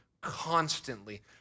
constantly